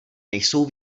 nejsou